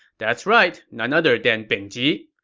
that's right. none other than bing ji.